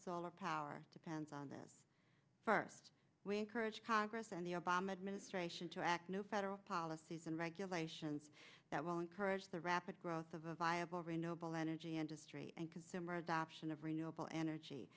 solar power depends on this first we encourage congress and the obama administration to act new federal policies and regulations that will encourage the rapid growth of a viable renewable energy industry and consumer adoption of renewable energy